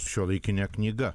šiuolaikine knyga